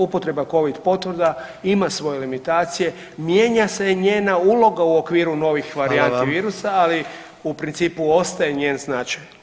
Upotreba Covid potvrda ima svoje limitacije, mijenja se njena uloga u okviru novih varijanti virusa [[Upadica: Hvala vam.]] ali u principu ostaje njen značaj.